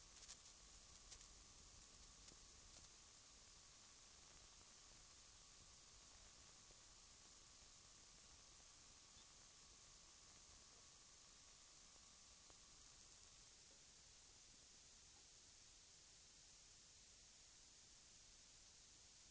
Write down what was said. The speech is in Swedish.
Jag yrkar med detta, herr talman, bifall till finansutskottets hemställan.